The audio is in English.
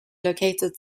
located